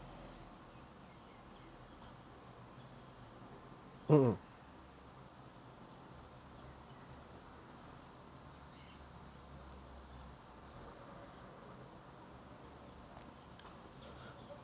mm mm